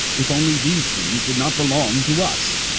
if only these things did not belong to us.